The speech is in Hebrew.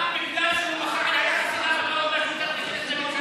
רק מפני שהוא מחה על היחס אליו, זה לא אומר